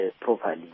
properly